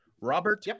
Robert